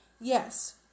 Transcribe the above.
Yes